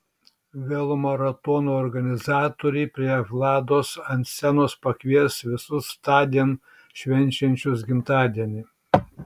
velomaratono organizatoriai prie vlados ant scenos pakvies visus tądien švenčiančius gimtadienį